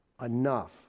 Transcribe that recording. enough